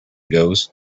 goes